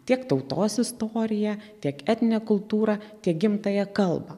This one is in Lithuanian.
tiek tautos istoriją tiek etninę kultūrą tiek gimtąją kalbą